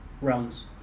rounds